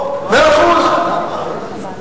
אבל מה מפריע שיהיה חוק?